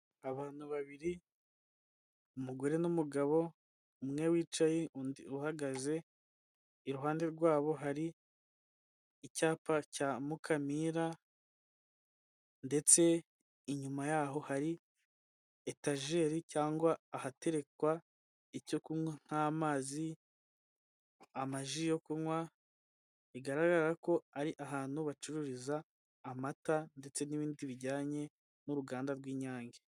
Abantu babiri, umugore n'umugabo, umwe wicaye undi uhagaze, iruhande rwabo hari icyapa cya mukamira, ndetse inyuma y'aho hari etajeri cyangwa ahaterekwa icyo kunywa, nk'amazi, amaji yo kunywa, bigaragara ko ari ahantu bacururiza amata, ndetse n'ibindi bijyanye n'uruganda rw'Inyange.